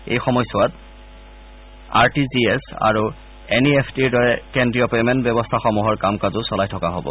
এই সময়ছোৱাত R T G S আৰু এন ই এফ টিৰ দৰে কেজ্ৰীয় পেমেণ্ট ব্যৱস্থাসমূহৰ কাম কাজো চলাই থকা হ'ব